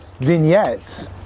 vignettes